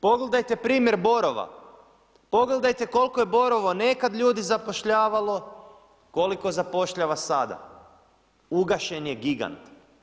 Pogledajte primjer Borova, pogledajte koliko je Borovo nekad ljudi zapošljavalo, koliko zapošljava sada, ugašen je gigant.